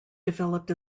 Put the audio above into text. developed